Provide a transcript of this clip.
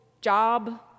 job